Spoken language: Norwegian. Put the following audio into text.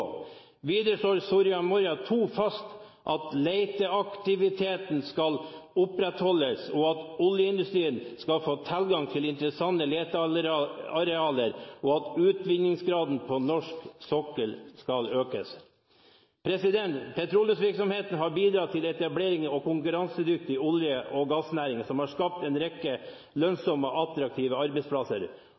Videre slår Soria Moria II fast at leteaktiviteten skal opprettholdes, at oljeindustrien skal få tilgang til interessante letearealer, og at utvinningsgraden på norsk sokkel skal økes. Petroleumsvirksomheten har bidratt til etableringen av en konkurransedyktig olje- og gassnæring som har skapt en rekke lønnsomme og attraktive arbeidsplasser.